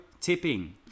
tipping